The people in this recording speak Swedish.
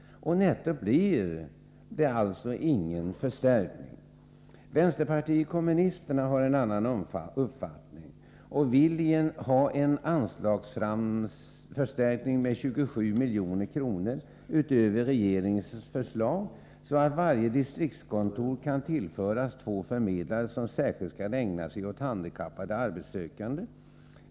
Netto blir det alltså ingen förstärkning. Vänsterpartiet kommunisterna har en annan uppfattning och vill ha en anslagsförstärkning med 27 milj.kr. utöver regeringens förslag, så att varje distriktskontor kan tillföras två förmedlare, som särskilt skall ägna sig åt handikappade arbetssökande.